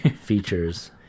features